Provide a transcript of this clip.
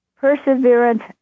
perseverance